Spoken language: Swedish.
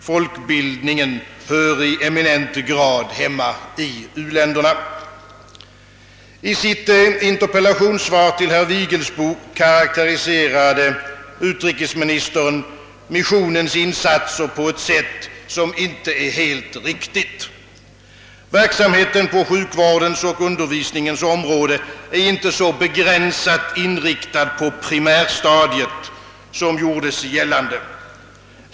Folkbildningen hör i eminent grad hemma i u-länderna. I sitt interpellationssvar till herr Vigelsbo karakteriserade utrikesministern missionens insatser på ett sätt som inte är helt riktigt. Verksamheten på sjukvårdens och undervisningens områden är inte så begränsat inriktad på primärstadiet som gjordes gällande.